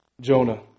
Jonah